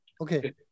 Okay